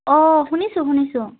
অঁ শুনিছোঁ শুনিছোঁ অঁ